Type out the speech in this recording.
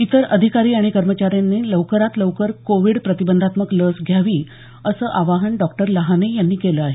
इतर अधिकारी आणि कर्मचाऱ्यांनी लवकरात लवकर कोविड प्रतिबंधात्मक लस घ्यावी असं आवाहन डॉ लहाने यांनी केलं आहे